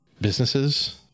businesses